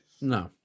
No